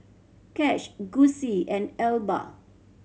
Cash Gussie and Elba